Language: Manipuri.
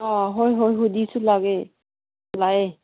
ꯑꯥ ꯍꯣꯏ ꯍꯣꯏ ꯍꯨꯗꯤꯁꯨ ꯂꯥꯛꯑꯦ ꯂꯥꯛꯑꯦ